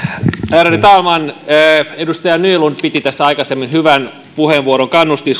ärade talman edustaja nylund piti aikaisemmin hyvän puheenvuoron